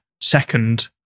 second